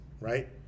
right